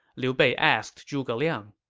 liu bei asked zhuge liang,